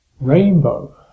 rainbow